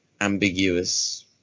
ambiguous